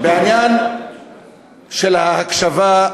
בעניין של ההקשבה,